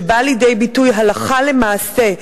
שבא לידי ביטוי הלכה למעשה,